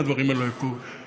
אם הדברים האלה לא היו קורים.